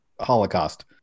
Holocaust